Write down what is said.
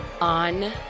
on